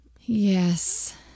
Yes